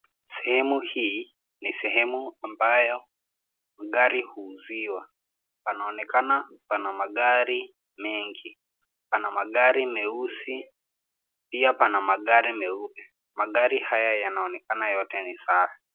Sehemu hii ni sehemu ambayo magari huuziwa. Panaonekana pana magari mengi. Pana magari meusi na pia magari meupe. Magari haya yanaonekana yote ni safi.